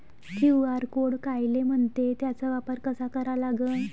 QR code कायले म्हनते, त्याचा वापर कसा करा लागन?